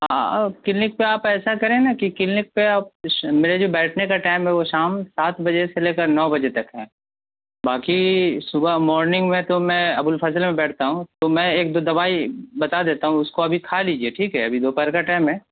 آپ کلینک پر آپ ایسا کریں نہ کہ کلینک پہ آپ میرے بیٹھنے کا ٹائم ہے وہ شام سات بجے سے لے کر نو بجے تک ہے باقی صبح مورننگ میں تو میں ابوالفضل میں بیٹھتا ہوں تو میں ایک دو دوائی بتا دیتا ہوں اس کو ابھی کھا لیجیے ٹھیک ہے ابھی دوپہر کا ٹائم ہے